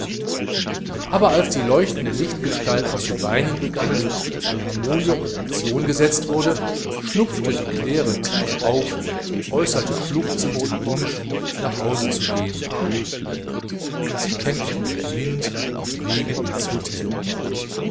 aber als die leuchtenden lichtgestalten zu weinen begannen und ein harmonium in aktion gesetzt wurde schnupfte die claire tief auf und äußerte schluchzend den wunsch nach hause zu gehen sie kämpften sich durch wind und regen ins hotel